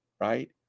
right